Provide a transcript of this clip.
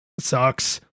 sucks